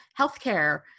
healthcare